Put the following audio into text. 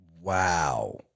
Wow